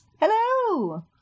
Hello